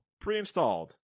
pre-installed